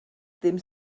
ddim